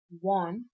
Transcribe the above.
one